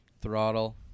Throttle